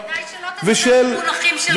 כדאי שלא תדבר במונחים של גטו.